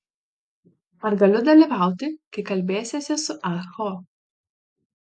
ar galiu dalyvauti kai kalbėsiesi su ah ho